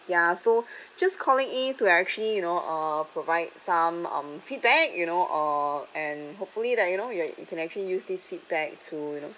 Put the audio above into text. ya so just calling in to actually you know uh provide some um feedback you know uh and hopefully that you know you you can actually use this feedback to you know